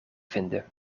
vinden